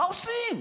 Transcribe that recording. מה עושים?